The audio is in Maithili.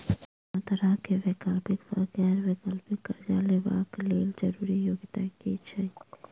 कोनो तरह कऽ वैकल्पिक वा गैर बैंकिंग कर्जा लेबऽ कऽ लेल जरूरी योग्यता की छई?